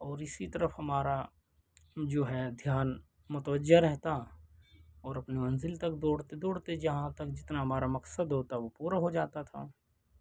اور اِسی طرف ہمارا جو ہے دھیان متوجہ رہتا اور اپنے منزل تک دوڑتے دوڑتے جہاں تک جتنا ہمارا مقصد ہوتا وہ پورا ہو جاتا تھا